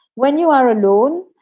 when you are alone,